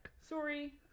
Sorry